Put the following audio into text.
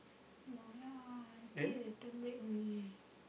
no lah until the term break only